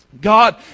god